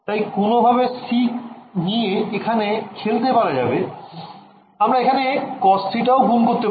তাই কোনোভাবে c নিয়ে এখানে খেলতে পারা যাবে আমরা এখানে cos θ ও গুণ করতে পারি